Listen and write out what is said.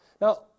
Now